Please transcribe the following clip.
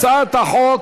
הצעת חוק